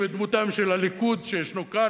בדמותם של הליכוד שישנו כאן,